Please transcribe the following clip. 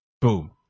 boom